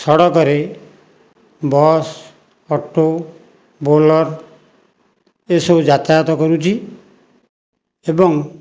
ସଡ଼କରେ bus auto Bolero ଏ ସବୁ ଯାତାୟତ କରୁଛି ଏବଂ